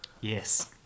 Yes